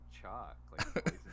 chalk